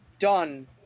done